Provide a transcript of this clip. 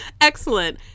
Excellent